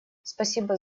спасибо